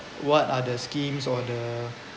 what are the schemes or the